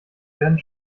werden